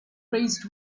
raised